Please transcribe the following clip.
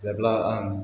जेब्ला आं